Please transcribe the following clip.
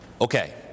Okay